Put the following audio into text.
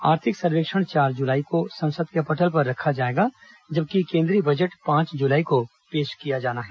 आर्थिक सर्वेक्षण चार जुलाई को संसद के पटल पर रखा जाएगा जबकि केन्द्रीय बजट पांच जुलाई को पेश किया जाना है